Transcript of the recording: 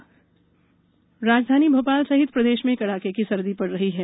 मौसम राजधानी भोपाल सहित प्रदेश में कड़ाके की सर्दी पड़ रही है